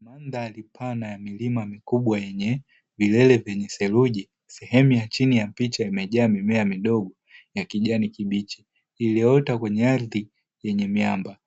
Mandhari pana ya milima mikubwa yenye vilele vyenye seruji sehemu ya chini ya picha imejaa mimea midogo ya kijani kibichi iliyoota kwenye ardhi yenye miamba